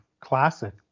classic